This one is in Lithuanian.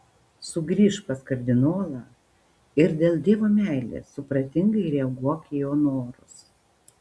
sugrįžk pas kardinolą ir dėl dievo meilės supratingai reaguok į jo norus